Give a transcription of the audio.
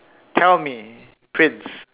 tell me prince